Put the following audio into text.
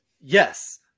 yes